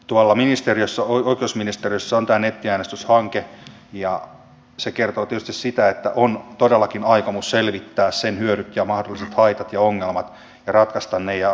tuolla oikeusministeriössä on tämä nettiäänestyshanke ja se kertoo tietysti sen että on todellakin aikomus selvittää sen hyödyt ja mahdolliset haitat ja ongelmat ja ratkaista ne